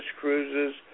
Cruises